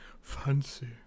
Fancy